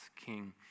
King